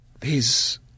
These